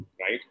right